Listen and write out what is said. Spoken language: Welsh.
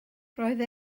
roedd